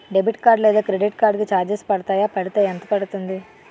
Debit card లేదా credit card కి charges పడతాయా? పడితే ఎంత పడుతుంది?